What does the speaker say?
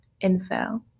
info